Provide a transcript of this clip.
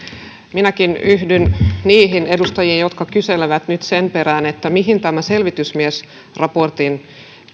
minäkin yhdyn niihin edustajiin jotka kyselevät nyt sen perään mihin selvitysmiesraportin